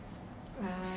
uh